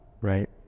right